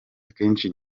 akenshi